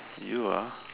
you ah